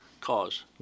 cause